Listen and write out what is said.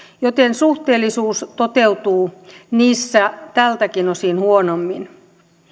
joten suhteellisuus toteutuu niissä tältäkin osin huonommin